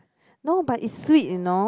no but it's sweet you know